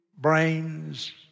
Brains